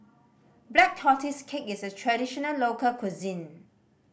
Black Tortoise Cake is a traditional local cuisine